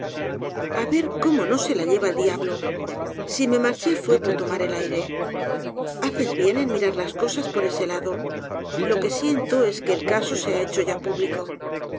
casa a ver como no se la lleva el diablo si me marché fue por tomar el aire haces bien en mirar las cosas por ese lado lo que siento es que el caso se ha hecho ya público